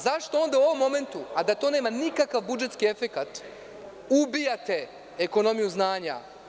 Zašto onda u ovom momentu a da to nema nikakav budžetski efekat ubijate ekonomiju znanja?